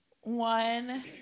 one